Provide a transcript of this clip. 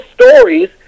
stories